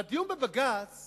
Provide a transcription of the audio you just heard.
הדיון בבג"ץ